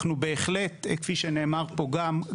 כפי שנאמר פה,